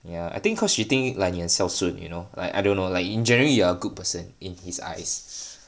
ya I think cause she think like you like 很孝顺 you know like I don't know like in jury you are a good person in his eyes